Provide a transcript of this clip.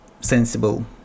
sensible